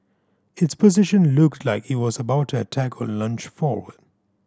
its position looked like it was about to attack or lunge forward